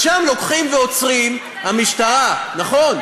אז שם לוקחים ועוצרים, המשטרה, נכון,